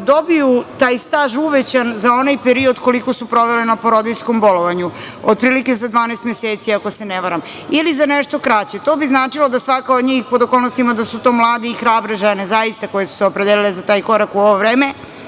dobiju taj staž uvećan za onaj period koliko su provele na porodiljskom bolovanju, otprilike za 12 meseci, ako se ne varam, ili za nešto kraće. To bi značilo da svaka od njih, pod okolnostima da su to mlade i hrabre žene, zaista, koje su se opredelile za taj korak u ovo vreme,